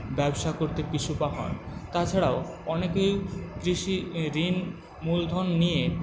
ব্যবসা করতে পিছুপা হন তাছাড়াও অনেকেই কৃষি ঋণ মূলধন নিয়ে